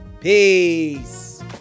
Peace